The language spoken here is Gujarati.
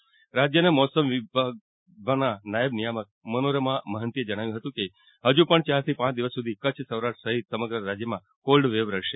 રાજ્યના મોસમ વિજ્ઞાન વિભાગના નાયબ નિયામક મનોરમા મહંતીએ જણાવ્યું હતું કે ફજુ પણ યારથી પાંચ દિવસ સુધી કચ્છ સૌરાષ્ટ્ર સહિત સમગ્ર રાજ્યમાં કોલ્ડવેવ રહેશે